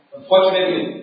Unfortunately